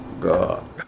God